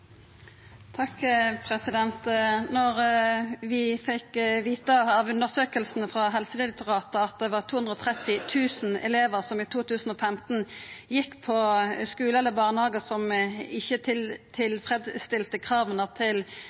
Når det gjeld det vi fekk vita av undersøkingane frå Helsedirektoratet, at det i 2015 var 230 000 elevar som gjekk på skular eller i barnehagar som ikkje tilfredsstilte krava til